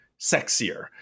sexier